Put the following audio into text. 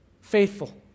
Faithful